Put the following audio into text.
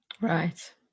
Right